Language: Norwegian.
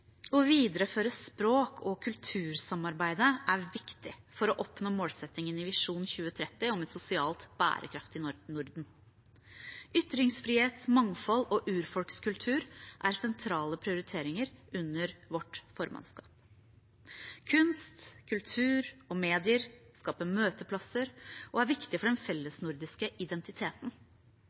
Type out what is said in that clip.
Å videreføre språk- og kultursamarbeidet er viktig for å oppnå målsettingen i Visjon 2030 om et sosialt bærekraftig Norden. Ytringsfrihet, mangfold og urfolkskultur er sentrale prioriteringer under det norske formannskapet. Kunst, kultur og medier skaper møteplasser og er viktig for den fellesnordiske identiteten.